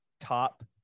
top